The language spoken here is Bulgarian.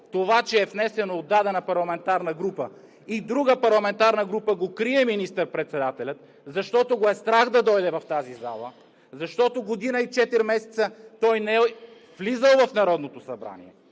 това, че е внесено от дадена парламентарна група и друга парламентарна група крие министър-председателя, защото го е страх да дойде в тази зала? Защото година и четири месеца той не е влизал в Народното събрание,